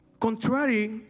contrary